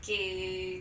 okay